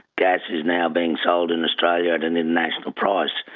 gas is now being sold in australia at an international price.